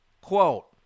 quote